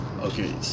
okay